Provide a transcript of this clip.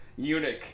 eunuch